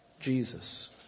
Jesus